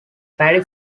paddy